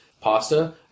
pasta